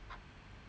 culture